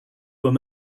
were